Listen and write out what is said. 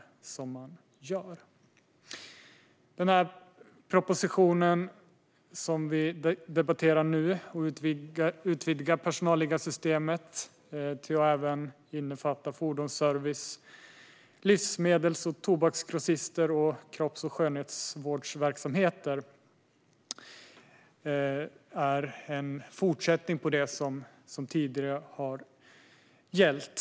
Den proposition som vi nu debatterar, om att utvidga personalliggarsystemet till att även innefatta fordonsservice, livsmedels och tobaksgrossister samt kropps och skönhetsvårdsverksamheter, är en fortsättning på det som tidigare har gällt.